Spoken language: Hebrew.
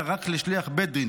אלא רק לשליח בית דין,